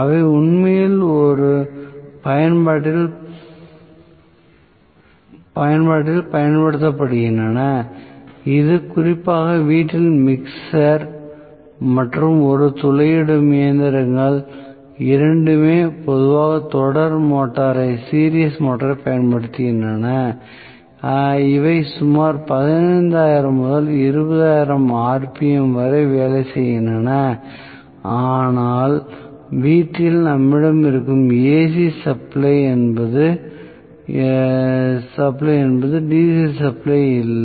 அவை உண்மையில் ஒரு பயன்பாட்டில் பயன்படுத்தப்படுகின்றன இது குறிப்பாக வீட்டில் மிக்சர் மற்றும் ஒரு துளையிடும் இயந்திரங்கள் இரண்டுமே பொதுவாக தொடர் மோட்டாரைப் பயன்படுத்துகின்றன அவை சுமார் பதினைந்தாயிரம் முதல் இருபதாயிரம் rpm வரை வேலை செய்கின்றன ஆனால் வீட்டில் நம்மிடம் இருக்கும் AC சப்ளை என்பது DC சப்ளை இல்லை